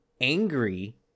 angry